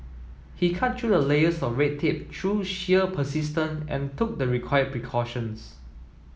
he cut through layers of red tape through sheer persistence and took the required precautions